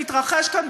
שמתרחש כאן,